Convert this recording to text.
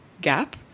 gap